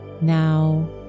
Now